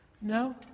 No